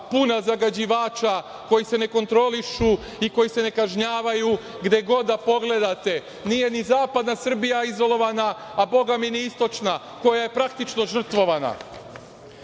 puna zagađivača koji se ne kontrolišu i koji se ne kažnjavaju, gde god da pogledate. Nije ni zapadna Srbija izolovana, a bogami ni istočna, koja je praktično žrtvovana. Pod